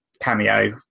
cameo